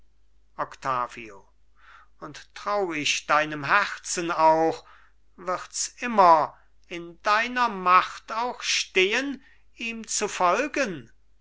und trau ich deinem herzen auch wirds immer in deiner macht auch stehen ihm zu folgen